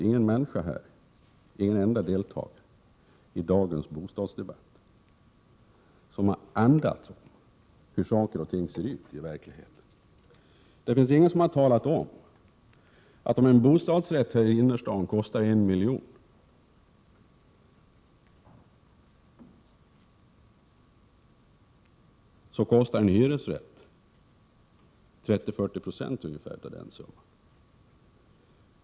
Ingen enda deltagare i dagens bostadsdebatt har andats något om hur saker och ting i verkligheten förhåller sig. Ingen har talat om, att ifall en bostadsrätt i Stockholms innerstad kostar 1 miljon, så kostar en hyresrätt 30-40 20 av den summan.